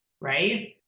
right